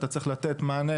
וכי אתה צריך לתת מענה